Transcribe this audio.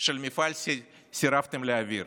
של המפעל סירבתם להעביר